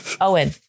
Owen